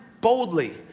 Boldly